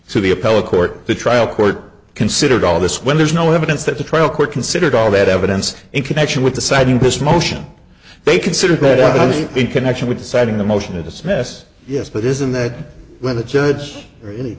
court the trial court considered all this when there's no evidence that the trial court considered all that evidence in connection with deciding this motion they consider that in connection with deciding the motion to dismiss yes but isn't that when a judge in any